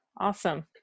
Awesome